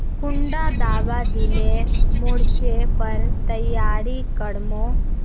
कुंडा दाबा दिले मोर्चे पर तैयारी कर मो?